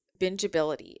bingeability